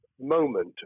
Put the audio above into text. moment